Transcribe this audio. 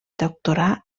doctorà